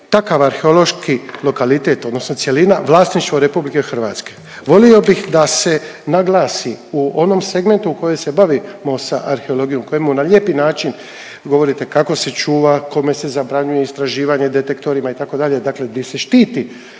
takav arheološki lokalitet odnosno cjelina, vlasništvo RH. Volio bih da se naglasi u onom segmentu u kojem se bavimo sa arheologijom, koji mu na lijepi način govorite kako se čuva, kome se zabranjuje istraživanje, detektorima itd. dakle di se štiti